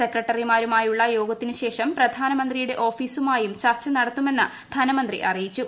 സെക്രട്ടറിമാരുമായുള്ള യോഗത്തിനുശേഷം പ്രധാനമന്ത്രിയുടെ ഓഫീസുമായും ചർച്ച നടത്തുമെന്ന് ധനമന്ത്രി അറിയിച്ചു